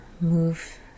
move